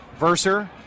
Verser